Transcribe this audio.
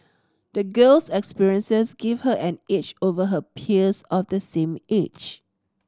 the girl's experiences gave her an edge over her peers of the same age